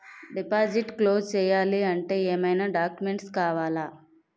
Deposit close చేయాలి అంటే ఏమైనా డాక్యుమెంట్స్ కావాలా?